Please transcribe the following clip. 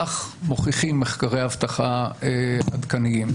כך מוכיחים מחקרי אבטחה עדכניים.